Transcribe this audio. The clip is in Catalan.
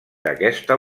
d’aquesta